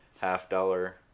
half-dollar